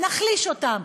נחליש אותם.